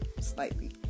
Slightly